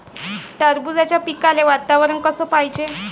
टरबूजाच्या पिकाले वातावरन कस पायजे?